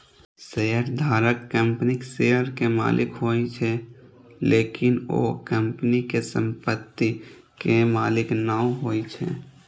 शेयरधारक कंपनीक शेयर के मालिक होइ छै, लेकिन ओ कंपनी के संपत्ति के मालिक नै होइ छै